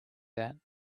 that